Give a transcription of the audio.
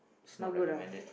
not good ah